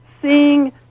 seeing